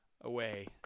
away